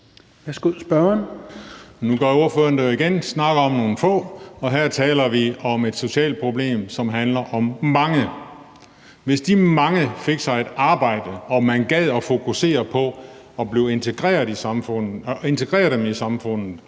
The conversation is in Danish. Nu gør ordføreren det jo igen, altså snakker om nogle få. Og her taler vi om et socialt problem, som handler om mange. Hvis de mange fik sig et arbejde og man gad at fokusere på at integrere dem i samfundet